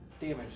damage